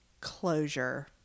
closure